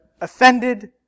offended